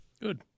Good